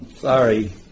Sorry